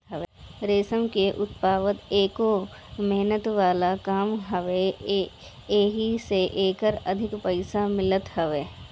रेशम के उत्पदान एगो मेहनत वाला काम हवे एही से एकर अधिक पईसा मिलत हवे